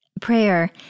prayer